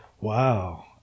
Wow